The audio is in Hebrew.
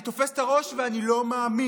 אני תופס את הראש, ואני לא מאמין.